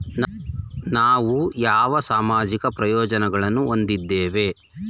ನಾವು ಯಾವ ಸಾಮಾಜಿಕ ಪ್ರಯೋಜನಗಳನ್ನು ಹೊಂದಿದ್ದೇವೆ?